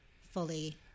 fully